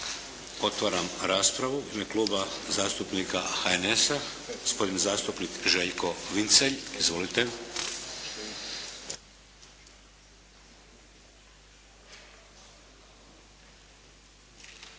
Otvaram raspravu. U ime Kluba zastupnika HNS-a gospodin zastupnik Željko Vincelj. Izvolite.